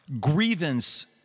grievance